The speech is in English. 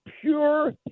pure